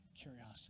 curiosity